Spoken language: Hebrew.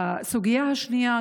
הסוגיה השנייה,